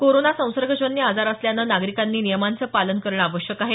corona संसर्गजन्य आजार असल्याने नागरिकांनी नियमांचं पालन करणं आवश्यक आहे